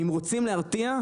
אם רוצים להרתיע,